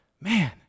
man